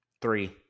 Three